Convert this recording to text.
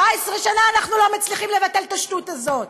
17 שנה אנחנו לא מצליחים לבטל את השטות הזאת,